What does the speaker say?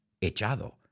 echado